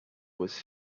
was